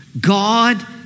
god